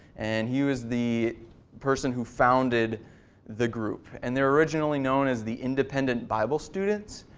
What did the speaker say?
and he was the person who founded the group. and they were originally known as the independent bible students.